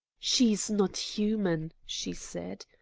she's not human, she said.